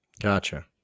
Gotcha